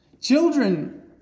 children